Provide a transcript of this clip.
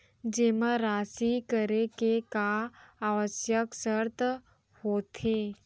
जेमा राशि करे के का आवश्यक शर्त होथे?